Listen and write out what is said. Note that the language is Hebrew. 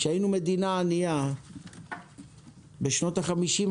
כשהיינו מדינה ענייה בשנות ה-50,